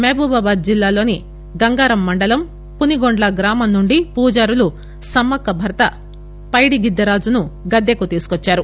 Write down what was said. మహబూబాబాద్ జిల్లాలోని గంగారం మండలం పునిగోండ్ల గ్రామం నుండి పూజారులు సమ్మక్క భర్త పైడిగిద్దరాజును గద్దెకు తీసుకువచ్చారు